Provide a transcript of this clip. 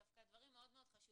הדברים מאוד מאוד חשובים,